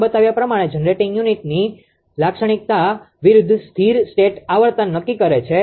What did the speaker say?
માં બતાવ્યા પ્રમાણે જનરેટિંગ યુનિટની લોડ લાક્ષણિકતા વિરુદ્ધ સ્થિર સ્ટેટ આવર્તન નક્કી કરે છે